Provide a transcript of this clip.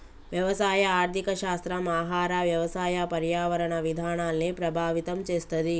వ్యవసాయ ఆర్థిక శాస్త్రం ఆహార, వ్యవసాయ, పర్యావరణ విధానాల్ని ప్రభావితం చేస్తది